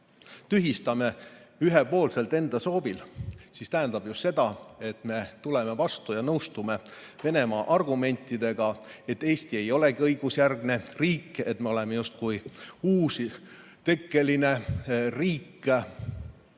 tühistame ühepoolselt enda soovil, siis tähendab see ju seda, et me tuleme vastu Venemaale ja nõustume tema argumentidega, et Eesti ei olegi õigusjärgne riik, et me oleme justkui uustekkeline riik.